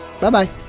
Bye-bye